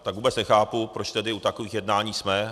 Tak vůbec nechápu, proč tedy u takových jednání jsme.